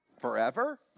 forever